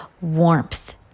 warmth